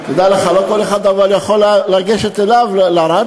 תדע לך, לא כל אחד יכול לגשת אליו לרדיו.